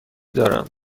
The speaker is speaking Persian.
دارم